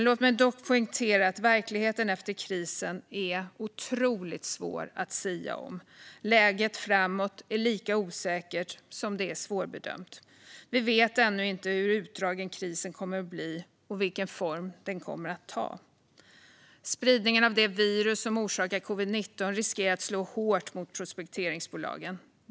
Låt mig dock poängtera att verkligheten efter krisen är otroligt svår att sia om. Läget framåt är lika osäkert som det är svårbedömt. Vi vet ännu inte hur utdragen krisen kommer att bli och vilken form den kommer att ta. Spridningen av det virus som orsakar covid-19 riskerar att slå hårt mot prospekteringsbolagen.